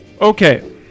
Okay